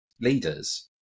leaders